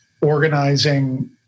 organizing